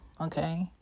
okay